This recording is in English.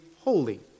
holy